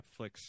netflix